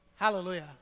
Hallelujah